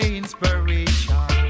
inspiration